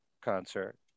concert